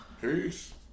Peace